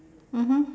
mmhmm